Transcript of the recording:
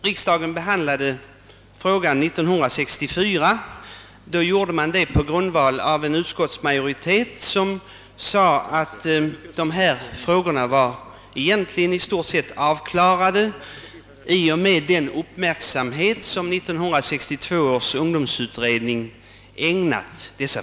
Riksdagsbeslutet i denna fråga 1964 grundades på ett uttalande av utskottsmajoriteten, att dessa frågor egentligen var i stort sett avklarade i och med den uppmärksamhet som 1962 års ungdomsutredning ägnade dem.